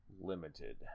limited